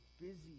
busy